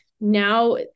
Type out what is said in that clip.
now